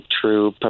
true